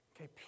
Okay